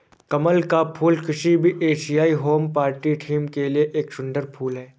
कमल का फूल किसी भी एशियाई होम पार्टी थीम के लिए एक सुंदर फुल है